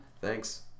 Thanks